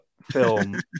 film